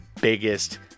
biggest